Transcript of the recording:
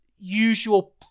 usual